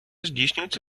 здійснюється